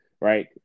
right